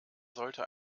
sollte